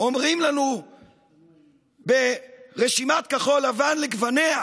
אומרים לנו ברשימת כחול לבן לגווניה